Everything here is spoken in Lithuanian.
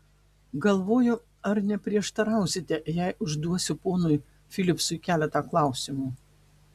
galvoju ar neprieštarausite jei užduosiu ponui filipsui keletą klausimų